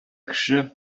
кеше